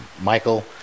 Michael